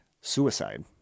suicide